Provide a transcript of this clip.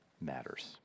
matters